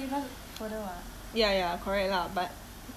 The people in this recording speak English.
paya lebar further [what]